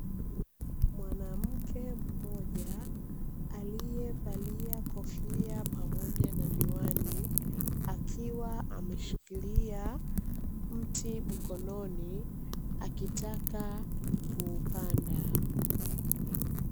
Mwanamke mmoja, aliyevalia kofia pamoja na miwani, akiwa ameshikilia mti mkononi, akitaka kuupanda.